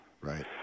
Right